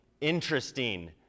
interesting